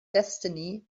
destiny